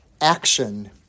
action